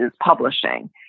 publishing